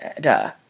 Duh